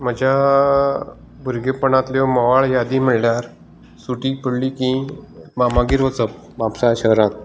म्हाज्या भुरगेपणांतल्यो म्होवाळ यादी म्हणल्यार सुटी पडली की मामागेर वचप म्हापसा शहरांत